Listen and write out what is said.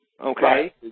okay